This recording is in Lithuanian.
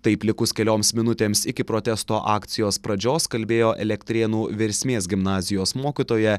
taip likus kelioms minutėms iki protesto akcijos pradžios kalbėjo elektrėnų versmės gimnazijos mokytoja